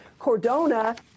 Cordona